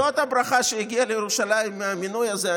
זאת הברכה שהגיעה לירושלים מהמינוי הזה.